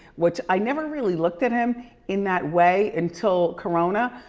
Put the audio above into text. which i never really looked at him in that way until corona,